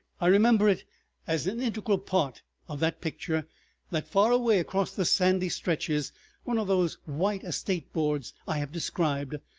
i remember it as an integral part of that picture that far away across the sandy stretches one of those white estate boards i have described,